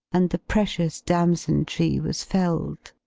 and the precious damson-tree was felled.